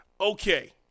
Okay